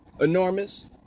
enormous